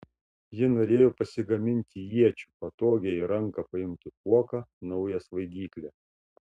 ji norėjo pasigaminti iečių patogią į ranką paimti kuoką naują svaidyklę